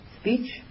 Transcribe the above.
speech